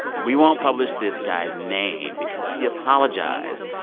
we won't publish this guy's name because he apologized.